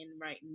right